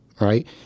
right